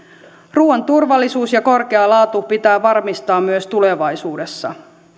ruuan turvallisuus ja korkea laatu pitää varmistaa myös tulevaisuudessa